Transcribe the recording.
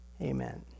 Amen